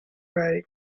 road